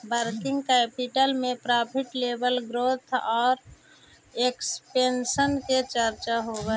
working capital में profit level growth आउ expansion के चर्चा होवऽ हई